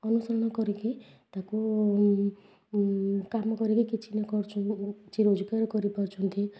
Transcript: ଅନୁସରଣ କରିକି ତାକୁ କାମ କରିକି କିଛି ଲୋକ ଅର୍ଜନ କିଛି ରୋଜଗାର କରିପାରୁଛନ୍ତି